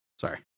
Sorry